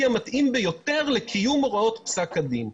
המתאים ביותר לקיום הוראות פסק הדין.